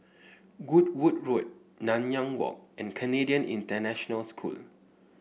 Goodwood Road Nanyang Walk and Canadian International School